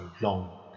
long